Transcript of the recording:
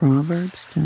Proverbs